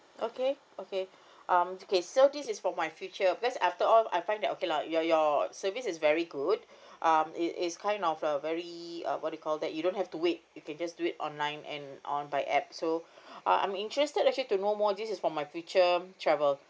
okay okay um okay so this is for my future because after all I find that okay lah your your service is very good um it is kind of uh very uh what you call that you don't have to wait you can just do it online and on by app so uh I'm interested actually to know more this is for my future travel